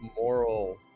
moral